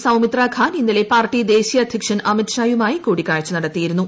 സൌമിത്ര ഖാൻ ഇന്നലെ പാർട്ടി ദേശീയ അധ്യക്ഷൻ അമിത്ഷായുമായി കൂടിക്കാഴ്ച നടത്തിയിരുന്നു